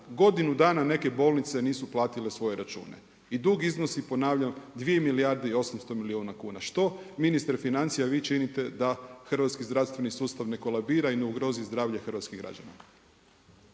Godinu dana neke bolnice nisu platile svoje račune. I dug iznosi, ponavljam, 2 milijarde i 800 milijuna kuna. Što ministar financija, vi činite, da hrvatski zdravstveni sustav ne kolabira i ne ugrozi zdravlje hrvatskih građana?